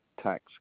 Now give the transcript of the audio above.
tax